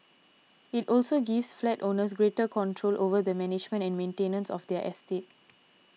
it also gives flat owners greater control over the management and maintenance of their estate